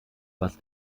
was